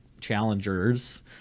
challengers